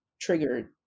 Triggered